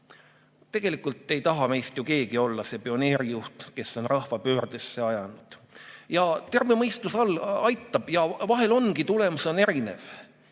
Tegelikult ei taha meist ju keegi olla see pioneerijuht, kes on rahva pöördesse ajanud. Terve mõistus aitab ja vahel ongi tulemus erinev.